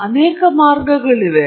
ಅನೇಕ ಮಾರ್ಗಗಳಿವೆ